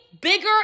bigger